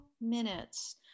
minutes